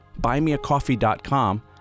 buymeacoffee.com